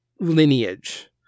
lineage